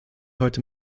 heute